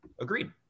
agreed